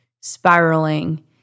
spiraling